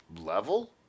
level